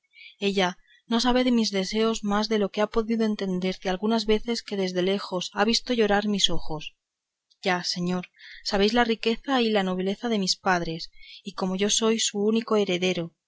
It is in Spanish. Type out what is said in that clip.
ella no sabe de mis deseos más de lo que ha podido entender de algunas veces que desde lejos ha visto llorar mis ojos ya señor sabéis la riqueza y la nobleza de mis padres y como yo soy su único heredero